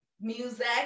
music